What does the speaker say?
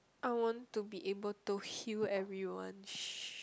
I want to be able to heal everyone